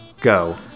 go